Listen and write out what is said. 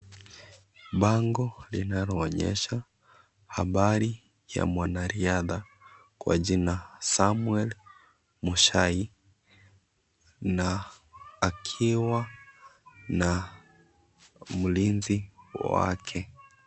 Bango linaloonyesha habari ya mwanariadha kwa jina Samuel Muchai na akiwa na mlinzi wake .